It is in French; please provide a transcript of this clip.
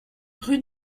rue